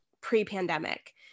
pre-pandemic